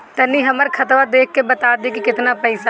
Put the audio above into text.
तनी हमर खतबा देख के बता दी की केतना पैसा बा?